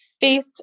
faith